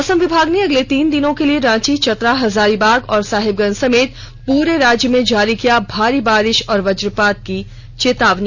मौसम विभाग ने अगले तीन दिनों के लिए रांची चतरा हजारीबाग और साहिबगंज समेत पूरे राज्य में जारी की भारी बारिष और वजपात की चेतावनी